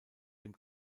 dem